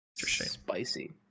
spicy